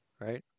right